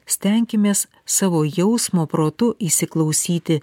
stenkimės savo jausmo protu įsiklausyti